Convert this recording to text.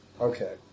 Okay